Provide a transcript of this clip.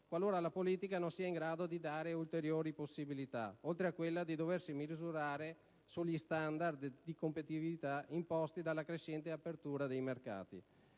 qualora la politica non sia in grado di dare ulteriori possibilità oltre a quella di doversi misurare sugli standard di competitività imposti dalla crescente apertura dei mercati.